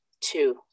two